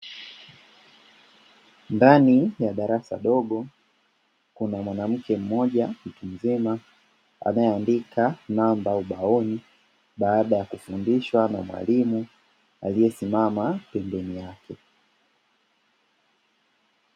Ndani ya darasa dogo kuna mwanamke mmoja mtu mzima, anayeandika namba au ubaoni baada ya kufundishwa na mwalimu aliyesimama pembeni yake.